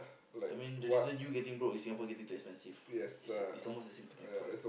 I mean the reason you getting broke is Singapore getting too expensive is is almost the same to my point